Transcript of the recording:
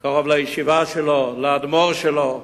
קרוב לישיבה שלו, לאדמו"ר שלו,